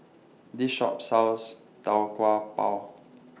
This Shop sells Tau Kwa Pau